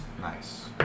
Nice